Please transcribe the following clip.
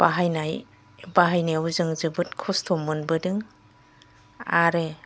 बाहायनाय बाहायनायावबो जों जोबोद खस्थ' मोनबोदों आरो